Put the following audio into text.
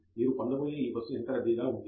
మీరు పొందబోయే ఈ బస్సు ఎంత రద్దీగా ఉంది